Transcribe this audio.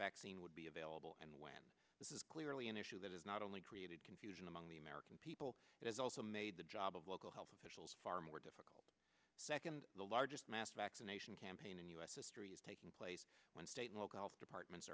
vaccine would be available and when this is clearly an issue that is not only created confusion among the american people it is also made the job of local health officials far more difficult second the largest mass vaccination campaign in u s history is taking place when state and local departments